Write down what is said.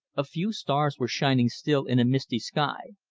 a few stars were shining still in a misty sky,